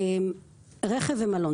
רכב ומלון,